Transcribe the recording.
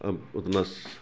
اب اتنا